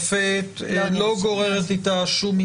להישפט לא גוררת איתה רישום,